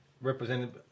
represented